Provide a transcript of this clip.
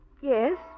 Yes